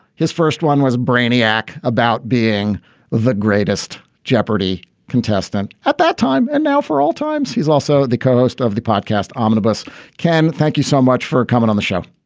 his first one was brainiac about being the greatest jeopardy contestant at that time and now for all times, he's also the co-host of the podcast omnibus cam. thank you so much for coming on the show.